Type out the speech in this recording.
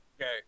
Okay